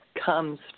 comes